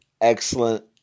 excellent